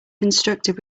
constructed